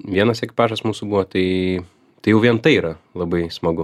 vienas ekipažas mūsų buvo tai tai jau vien tai yra labai smagu